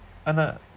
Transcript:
ஆனா:aana